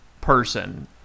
person